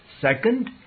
Second